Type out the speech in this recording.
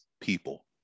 people